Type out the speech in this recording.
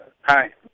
Hi